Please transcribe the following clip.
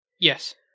Yes